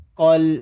call